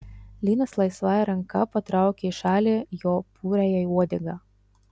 linas laisvąja ranka patraukia į šalį jo puriąją uodegą